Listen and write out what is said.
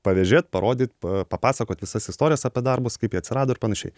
pavežėt parodyt papasakot visas istorijas apie darbus kaip jie atsirado ir panašiai